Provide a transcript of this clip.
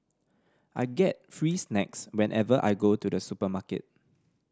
I get free snacks whenever I go to the supermarket